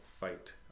fight